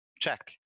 check